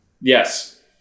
Yes